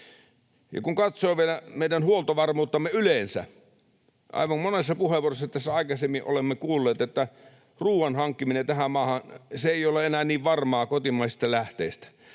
Kun katsoo vielä meidän huoltovarmuuttamme yleensä, aivan niin kuin monessa puheenvuorossa tässä aikaisemmin olemme kuulleet, ruuan hankkiminen tähän maahan ei ole enää niin varmaa kotimaisista lähteistä.